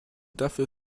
dafür